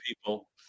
people